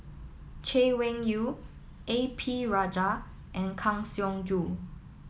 Chay Weng Yew A P Rajah and Kang Siong Joo